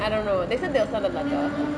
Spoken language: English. I don't know they said they'll send the letter